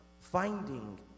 finding